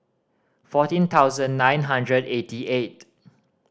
fourteen thousand nine hundred eighty eight